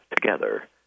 together